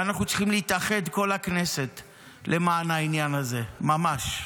ואנחנו צריכים להתאחד כל הכנסת למען העניין הזה ממש.